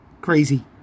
crazy